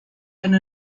and